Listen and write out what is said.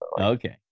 Okay